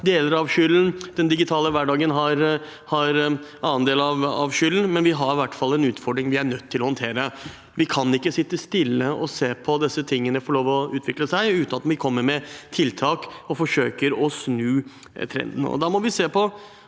har deler av skylden, og den digitale hverdagen har også en del av skylden. Vi har i hvert fall en utfordring vi er nødt til å håndtere. Vi kan ikke sitte stille og se på at dette får lov å utvikle seg uten at vi kommer med tiltak og forsøker å snu trenden.